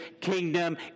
kingdom